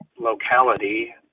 locality